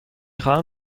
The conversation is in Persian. خواهم